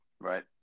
right